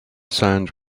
sand